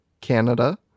Canada